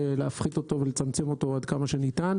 להפחית אותו ולצמצם אותו עד כמה שניתן,